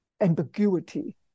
ambiguity